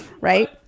right